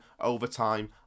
overtime